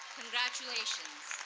congratulations.